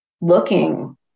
looking